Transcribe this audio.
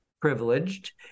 privileged